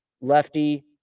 lefty